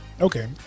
okay